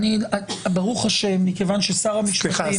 ברוך השם, מכיוון ששר המשפטים --- תסיים.